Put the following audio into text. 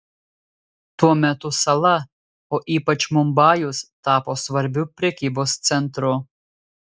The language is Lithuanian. tuo metu sala o ypač mumbajus tapo svarbiu prekybos centru